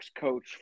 coach